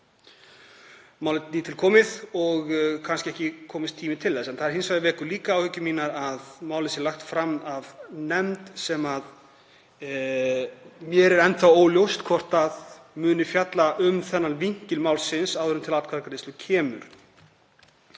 málið nýtilkomið og kannski ekki unnist tími til þess, en hins vegar vekur líka áhyggjur mínar að málið sé lagt fram af nefnd sem mér er enn þá óljóst hvort muni fjalla um þennan vinkil málsins áður en til atkvæðagreiðslu kemur.